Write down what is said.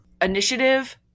initiative